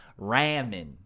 ramen